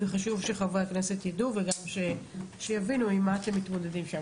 חשוב שחברי הכנסת יידעו ושיבינו עם מה אתם מתמודדים.